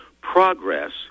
Progress